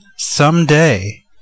someday